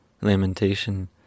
lamentation